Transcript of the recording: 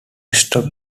stop